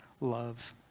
loves